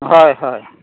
হয় হয়